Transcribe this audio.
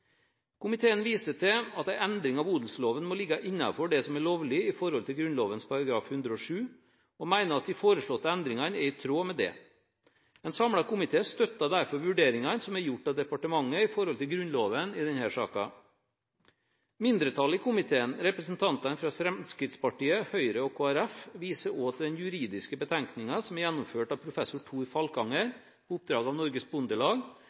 Komiteen viser til at en endring av odelsloven må ligge innenfor det som er lovlig etter Grunnloven § 107, og mener at de foreslåtte endringene er i tråd med dette. En samlet komité støtter derfor vurderingene som er gjort av departementet med hensyn til Grunnloven i denne saken. Mindretallet i komiteen, representantene fra Fremskrittspartiet, Høyre og Kristelig Folkeparti, viser også til den juridiske betenkningen som er gjennomført av professor Thor Falkanger, på oppdrag av Norges Bondelag,